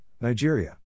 Nigeria